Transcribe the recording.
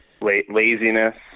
Laziness